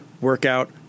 workout